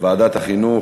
ועדת החינוך,